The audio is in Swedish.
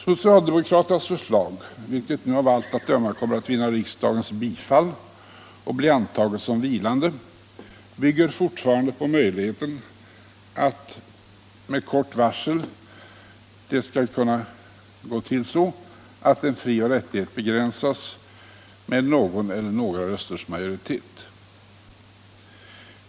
Socialdemokraternas förslag, vilket nu av allt att döma kommer att vinna riksdagens bifall och bli antaget som vilande, bygger fortfarande på att en frieller rättighet med kort varsel skall kunna begränsas med någon eller några rösters majoritet.